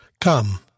Come